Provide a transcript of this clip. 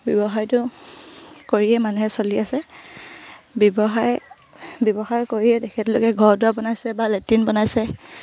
ব্যৱসায়টো কৰিয়েই মানুহে চলি আছে ব্যৱসায় ব্যৱসায় কৰিয়েই তেখেতলোকে ঘৰ দুৱাৰ বনাইছে বা লেট্ৰিন বনাইছে